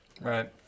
Right